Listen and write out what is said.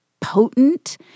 potent